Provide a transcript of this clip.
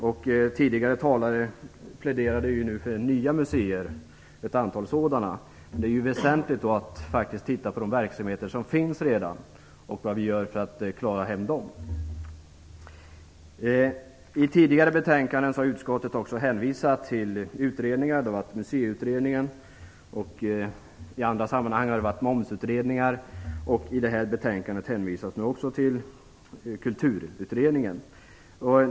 Några tidigare talare har pläderat för ett antal nya museer, men det är då väsentligt att titta närmare på vad vi gör för att klara de verksamheter som redan finns. I tidigare betänkanden har utskottet också hänvisat till utredningar - det har hänvisats till Museiutredningen, till momsutredningar och i det här betänkandet till Kulturutredningen.